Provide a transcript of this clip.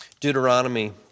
Deuteronomy